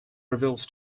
reveals